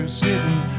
sitting